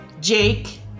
Jake